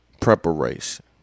preparation